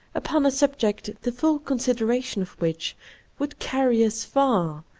upon a subject the full considera tion of which would carry us far,